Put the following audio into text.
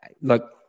look